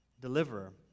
deliverer